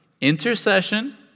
intercession